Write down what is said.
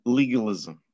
legalism